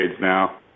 now